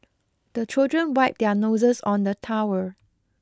the children wipe their noses on the towel